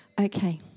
Okay